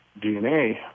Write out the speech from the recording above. DNA